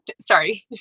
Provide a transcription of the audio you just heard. sorry